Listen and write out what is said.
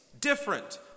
different